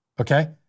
Okay